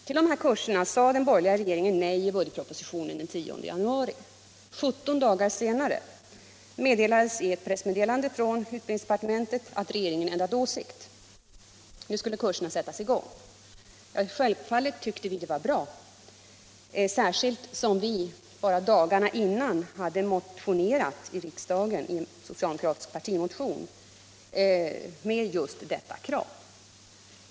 Till de här kurserna sade den borgerliga regeringen nej i budgetpropositionen den 10 januari. Sjutton dagar senare meddelades i ett pressmeddelande från utbildningsdepartementet att regeringen ändrat åsikt. Nu skulle kurserna sättas i gång. Självfallet tycker vi att det var bra, särskilt som vi bara några dagar innan i en socialdemokratisk partimotion i riksdagen hade fört fram just detta krav.